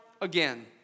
again